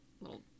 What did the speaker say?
Little